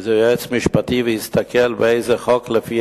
איזה יועץ משפטי ויסתכל באיזה חוק ולפי